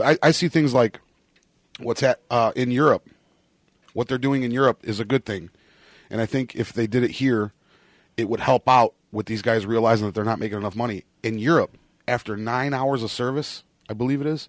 but i see things like what's that in europe what they're doing in europe is a good thing and i think if they did it here it would help out with these guys realize that they're not making enough money in europe after nine hours of service i believe it